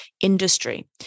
industry